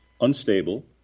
unstable